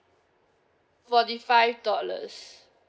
forty five dollars